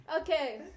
Okay